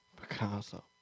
Picasso